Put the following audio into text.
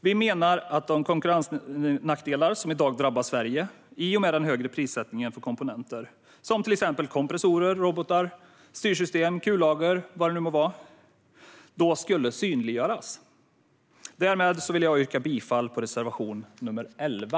Vi menar att de konkurrensnackdelar som i dag drabbar Sverige i och med den högre prissättningen för komponenter som till exempel kompressorer, robotar, styrsystem, kullager och vad det nu må vara då skulle synliggöras. Därmed vill jag yrka bifall till reservation nr 11.